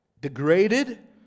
degraded